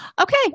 Okay